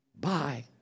Bye